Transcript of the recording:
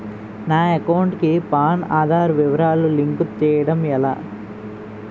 నా అకౌంట్ కు పాన్, ఆధార్ వివరాలు లింక్ చేయటం ఎలా?